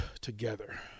together